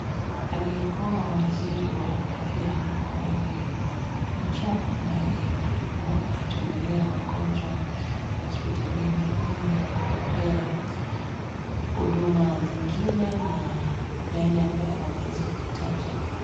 Aliyekuwa waziri wa afya hapo awali Nakhumicha naye alikuwa anatembelea wagonjwa hospitalini ili kuwapea huduma zingine na yale ambazo wanaweza kuhitaji.